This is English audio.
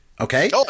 Okay